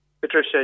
Patricia